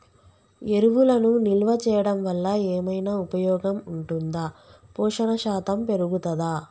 ఎరువులను నిల్వ చేయడం వల్ల ఏమైనా ఉపయోగం ఉంటుందా పోషణ శాతం పెరుగుతదా?